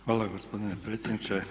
Hvala gospodine predsjedniče.